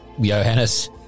Johannes